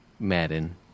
Madden